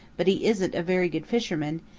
but he isn't a very good fisherman,